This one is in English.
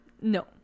No